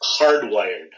Hardwired